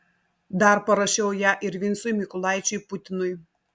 dar parašiau ją ir vincui mykolaičiui putinui